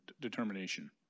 determination